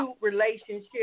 relationship